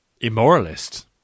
immoralist